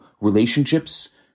relationships